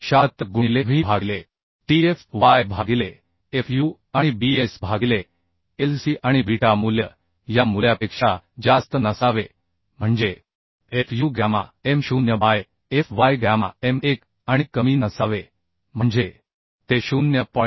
076 गुणिले W भागिले tFy भागिले Fu आणि Bs भागिले Lc आणि बीटा मूल्य या मूल्यापेक्षा जास्त नसावे म्हणजे Fu gamma m 0 by Fy gamma m 1 आणि कमी नसावे म्हणजे ते 0